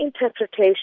interpretation